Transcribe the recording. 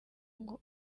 ngo